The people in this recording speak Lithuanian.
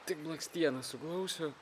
tik blakstieną suglausiu